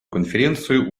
конференцию